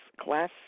class